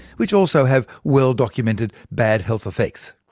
which also have well documented bad health effects.